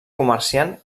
comerciant